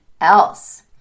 else